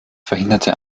verhinderte